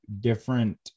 different